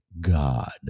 God